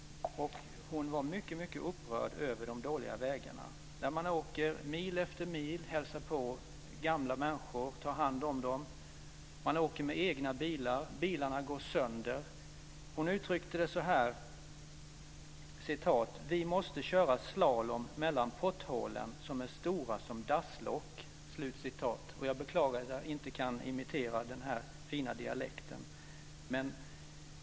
Hon var mycket upprörd över de dåliga vägarna. Man åker mil efter mil för att hälsa på och ta hand om gamla människor, man åker med egna bilar och de går sönder. Hon uttryckte det så här: "Vi måste köra slalom mellan potthålen som är stora som dasslock." Jag beklagar att jag inte kan imitera den fina dialekten.